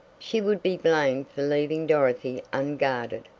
she would be blamed for leaving dorothy unguarded!